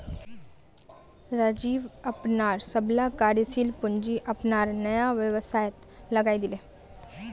राजीव अपनार सबला कार्यशील पूँजी अपनार नया व्यवसायत लगइ दीले